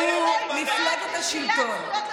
הליכוד הוא מפלגת השלטון במדינת ישראל.